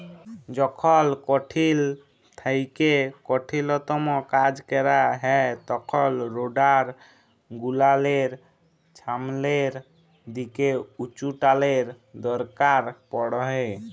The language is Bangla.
যখল কঠিল থ্যাইকে কঠিলতম কাজ ক্যরা হ্যয় তখল রোডার গুলালের ছামলের দিকে উঁচুটালের দরকার পড়হে